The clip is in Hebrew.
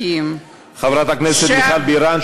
חברת הכנסת מיכל בירן,